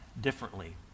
differently